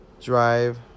drive